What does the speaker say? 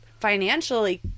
financially